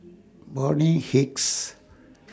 Bonny Hicks